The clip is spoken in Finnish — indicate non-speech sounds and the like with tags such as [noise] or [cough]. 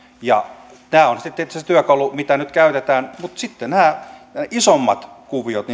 ja tämä on sitten tietysti se työkalu mitä nyt käytetään mutta sitten nämä isommat kuviot [unintelligible]